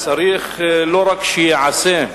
צריך לא רק שייעשה,